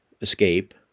escape